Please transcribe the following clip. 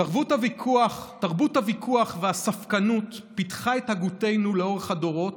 תרבות הוויכוח והספקנות פיתחה את הגותנו לאורך הדורות,